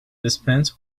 dispense